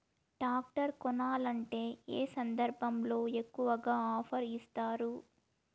Tractor కొనాలంటే ఏ సందర్భంలో ఎక్కువగా ఆఫర్ ఇస్తారు?